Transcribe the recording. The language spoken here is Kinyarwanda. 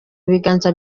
ibiganza